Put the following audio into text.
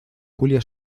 julia